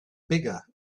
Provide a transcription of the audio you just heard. bigger